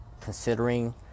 considering